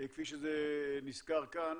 כפי שזה נסקר כאן,